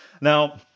Now